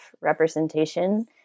representation